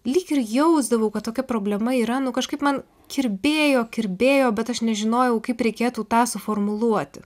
lyg ir jausdavau kad tokia problema yra nu kažkaip man kirbėjo kirbėjo bet aš nežinojau kaip reikėtų tą suformuluoti